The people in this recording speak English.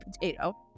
potato